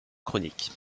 chronique